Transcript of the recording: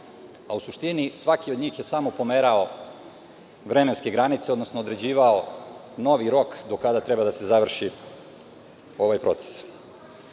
a u suštini, svaki od njih je samo pomerao vremenske granice, odnosno određivao novi rok do kada treba da se završi ovaj proces. Krajnji